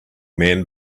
man